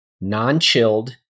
non-chilled